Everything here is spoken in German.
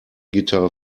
gitarre